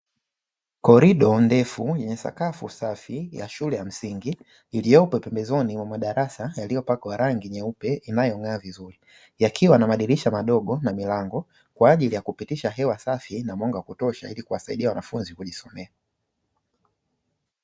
Korido ndefu yenye sakafu safi ya shule ya msingi iliyopo pembezoni mwa madarasa yailiyopakwa rangi nyeupe, inayong’aa vizuri. Yakiwa na madirisha madogo kwa ajili ya kupitisha hewa safi na mwanga wa kutosha ili kuwasaidia wanafunzi kujisomea.